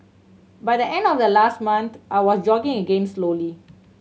by the end of the last month I was jogging again slowly